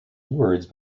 words